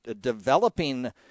developing